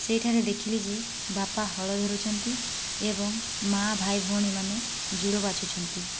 ସେଇଠାରେ ଦେଖିଲି ଯେ ବାପା ହଳ ଧରୁଛନ୍ତି ଏବଂ ମା ଭାଇ ଭଉଣୀମାନେ ଜଡ଼ ବାଛୁଛନ୍ତି